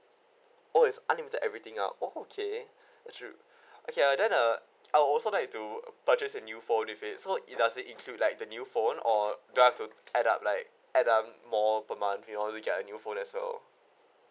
oh is unlimited everything ah oh okay that's real~ okay uh then uh I'll also like to purchase a new phone with it so it does it include like the new phone or do I have to add up like add up more per month in order to get a new phone as well